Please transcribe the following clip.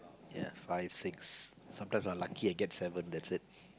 ya five six sometimes I lucky I get seven that's it